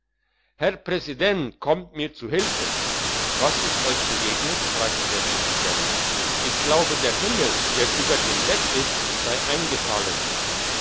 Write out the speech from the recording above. herr präsident kommt mir zu hilfe was ist euch begegnet fragte der präsident ich glaube der himmel der über dem bett ist sei eingefallen